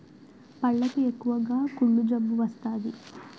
పళ్లకు ఎక్కువగా కుళ్ళు జబ్బు వస్తాది